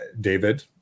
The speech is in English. David